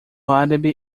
árabe